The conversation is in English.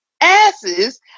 asses